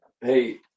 Hey